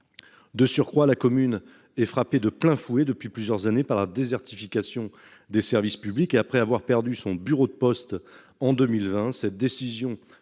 De surcroît, la commune est frappée de plein fouet depuis plusieurs années par la désertification des services publics et après avoir perdu son bureau de poste en 2020 cette décision